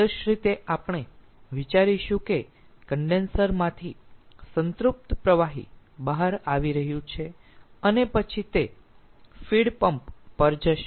આદર્શ રીતે આપણે વિચારીશું કે કન્ડેન્સર માંથી સંતૃપ્ત પ્રવાહી બહાર આવી રહ્યું છે અને પછી તે ફીડ પંપ પર જશે